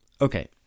Okay